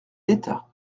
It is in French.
l’état